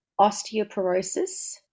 osteoporosis